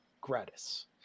Gratis